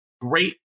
great